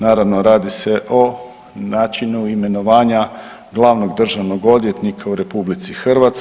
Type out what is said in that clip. Naravno radi se o načinu imenovanja glavnog državnog odvjetnika u RH.